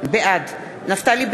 בעד נפתלי בנט,